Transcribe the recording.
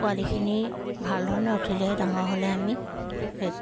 পোৱালিখিনি ভাল ধৰণে উঠিলেহে ডাঙৰ হ'লে আমি এই